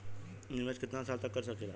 निवेश कितना साल तक कर सकीला?